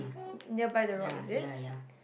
nearby the rock is it